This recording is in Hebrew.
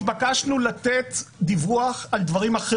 התבקשנו לתת דיווח על דברים אחרים.